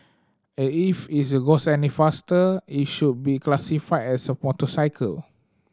as if is goes any faster it should be classified as a motorcycle